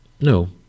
no